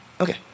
Okay